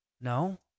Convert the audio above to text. no